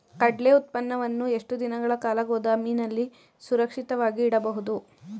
ಕಡ್ಲೆ ಉತ್ಪನ್ನವನ್ನು ಎಷ್ಟು ದಿನಗಳ ಕಾಲ ಗೋದಾಮಿನಲ್ಲಿ ಸುರಕ್ಷಿತವಾಗಿ ಇಡಬಹುದು?